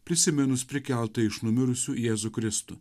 prisiminus prikeltą iš numirusių jėzų kristų